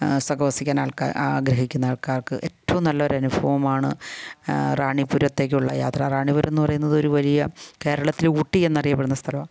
സഹവസിക്കാൻ ആൾക്കാ ആഗ്രഹിക്കുന്ന ആൾക്കാർക്ക് ഏറ്റവും നല്ലൊരു അനുഭവമാണ് റാണിപുരത്തേക്കുള്ള യാത്ര റാണിപുരം എന്ന് പറയുന്നത് ഒരു വലിയ കേരളത്തിൽ ഊട്ടി എന്നറിയപ്പെടുന്ന സ്ഥലമാണ്